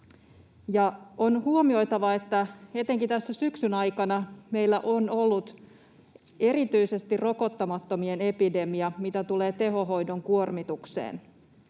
On huomioitava, että etenkin tässä syksyn aikana meillä on ollut erityisesti rokottamattomien epidemia, mitä tulee tehohoidon kuormitukseen.